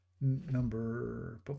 number